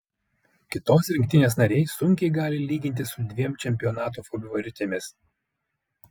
kitos rinktinės nariai sunkiai gali lygintis su dviem čempionato favoritėmis